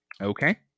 Okay